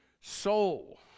soul